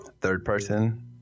third-person